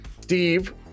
Steve